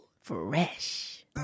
Fresh